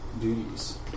duties